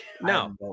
No